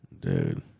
Dude